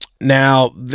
Now